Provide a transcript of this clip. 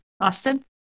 Austin